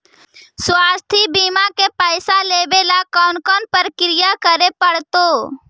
स्वास्थी बिमा के पैसा लेबे ल कोन कोन परकिया करे पड़तै?